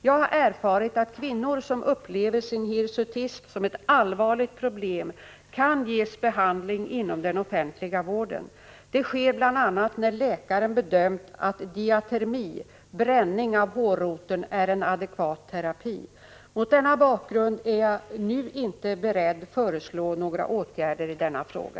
Jag har erfarit att kvinnor som upplever sin hirsutism som ett allvarligt problem kan ges behandling inom den offentliga vården. Det sker bl.a. när läkaren bedömt att diatermi är en adekvat terapi. Mot denna bakgrund är jag nu inte beredd föreslå några åtgärder i denna fråga.